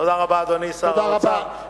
תודה רבה, אדוני שר האוצר, תודה רבה.